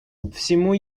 всему